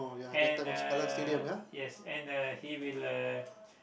and uh yes and uh he will uh